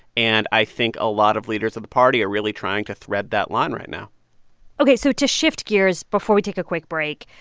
and i think a lot of leaders of the party are really trying to thread that line right now ok. so to shift gears before we take a quick break,